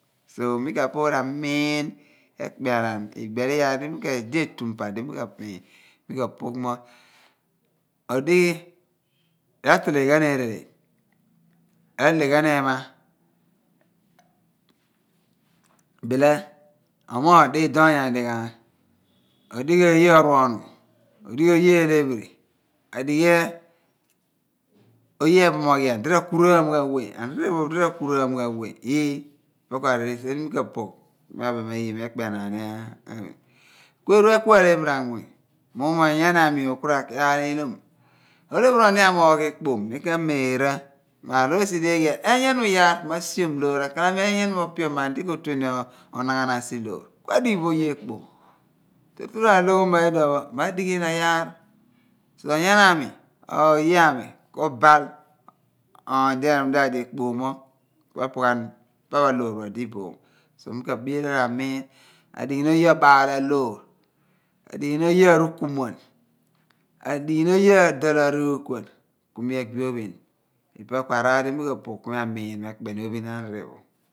So mi ka poor amiin ekpe a naan ebel iyaar di etum pa di mi ka poor adighi mi apogh mi odi ra/fece ghan erele r'ahle ghan ehma bile omoogh diidoony adighaagh odighi oye oruonu odghi oye elephiri adighi oye eephomoghian di ra kuraam ghan weye anirephoph di rakuraam ghan we ii opo ku areten di mi ko pogh ku mi abem mo ekpeanaan ku eeru eku alephiri anmany mughumo onyani aami ku ra ki aa ihlom olophiri oony di amoogh ekpom mi ka/meera loor esi di eeghe iyaar enyenum iyaar ma asiom loor ana odny enum opioman di ku hu ni onaghanan siloor ku adighi bo oye ekpom tutu na ra lo ghoma loor ma dighi ina iyaar so onyani aami or oye aami ku/baa oony epughan pa aloor pho odi iboom so nu ka biilha ni amun mo adighi ni oye obaal aloor adighi ni oye arukumuan adighi ni oye adol aruukuan ku mi agbi ophon ipe ku araar di mi ko pogh ku mi amun mo ekpeni ophin ahan pho opo